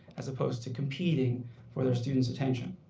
as opposed to competing for their student's attention.